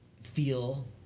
feel